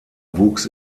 wuchs